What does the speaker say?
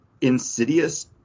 Insidious